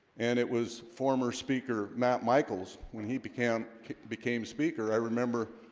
and it was former speaker matt michaels when he became became speaker i remember